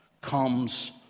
comes